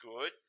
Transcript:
good